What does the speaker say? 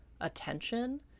attention